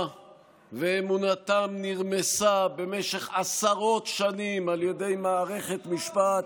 ואמונתם נרמסה במשך עשרות שנים על ידי מערכת משפט,